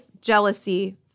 jealousy